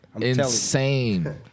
Insane